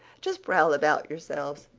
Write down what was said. just prowl about yourselves.